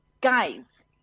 guys